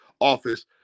office